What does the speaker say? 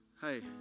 hey